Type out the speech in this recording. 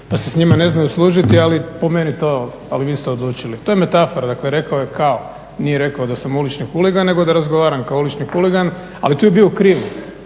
pa se s njima ne znaju služiti, ali po meni to, ali vi ste odlučili. To je metafora. Dakle, rekao je kao, nije rekao da sam ulični huligan nego da razgovaram kao ulični huligan, ali tu je bio u krivu.